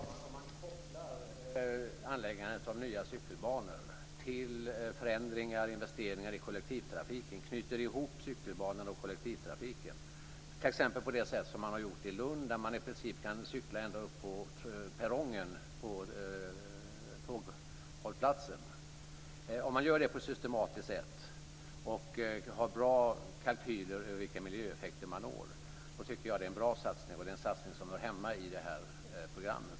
Fru talman! Om kan kopplar anläggandet av nya cykelbanor till förändringar och investeringar i kollektivtrafiken och knyter ihop cykelbanor och kollektivtrafik - t.ex. på det sätt som man har gjort i Lund, där man i princip kan cykla ända upp på tågperrongen - om man gör det på ett systematiskt sätt och har bra kalkyler över vilka miljöeffekter man når tycker jag att det är en bra satsning och en satsning som hör hemma i det här programmet.